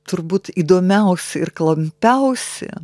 turbūt įdomiausi ir klampiausi